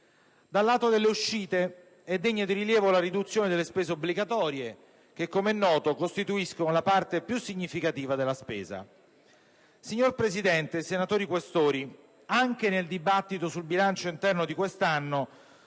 Dal lato delle uscite, è degna di rilievo la riduzione delle spese obbligatorie che, come noto, costituiscono la parte più significativa della spesa. Signor Presidente, senatori Questori, anche nel dibattito sul bilancio interno di quest'anno